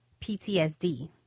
PTSD